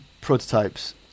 prototypes